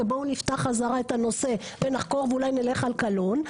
בואו נפתח חזרה את הנושא ונחקור ואולי נלך על קלון,